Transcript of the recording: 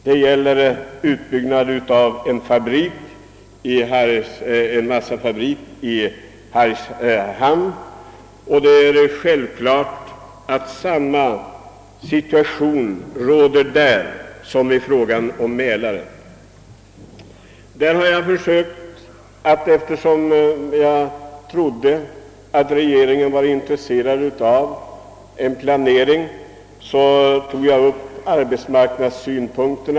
Det gäller ut byggnad av en massafabrik i Hargshamn. Det är självklart att situationen där är densamma som i Mälaren. Eftersom jag trodde att regeringen var intresserad av en planering härvidlag, har jag fört fram arbetsmarknadssynpunkter.